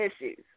issues